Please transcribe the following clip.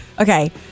okay